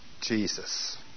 Jesus